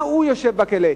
על מה הוא יושב בכלא?